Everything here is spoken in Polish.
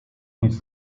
nic